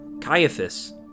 Caiaphas